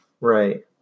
Right